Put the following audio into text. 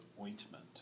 ointment